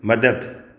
मदद